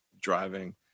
driving